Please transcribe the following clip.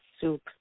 soup